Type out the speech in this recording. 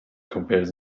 compares